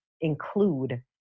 include